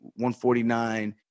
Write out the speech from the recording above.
149